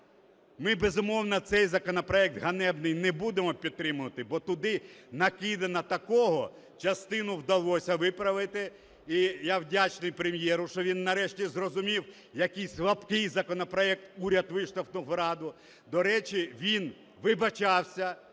Ми безумовно цей законопроект ганебний не будемо підтримувати, бо туди накидано такого, частину вдалося виправити. І я вдячний прем'єру, що він нарешті зрозумів, який слабкий законопроект уряд виштовхнув в Раду. До речі, він вибачався,